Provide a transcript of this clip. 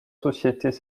sociétés